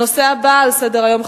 הנושא הבא על סדר-היום,